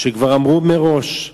שכבר אמרו מראש: